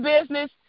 business